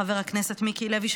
חבר הכנסת מיקי לוי,